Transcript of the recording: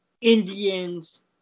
Indians